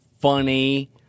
funny